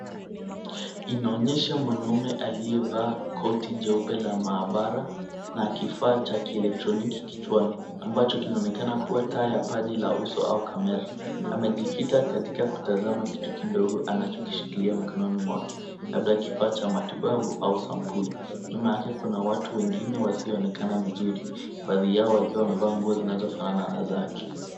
Inaonyesha mwanaume aliyevaa koti jeupe la maabara na kifaa cha kielektroniki kichwani ambacho kinaonekana kuwa taa ya paji la uso au kamera. Amejikita katika kutazama kitu kidogo anachokishikilia mikononi mwake. Labda kifaa cha matibabu au sampuli. Nyuma yake kuna watu wengine wasioonekana vizuri baadhi yao wakiwa wamevaa nguo zinazofanana na zake.